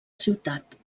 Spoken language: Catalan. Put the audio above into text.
ciutat